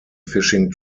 fishing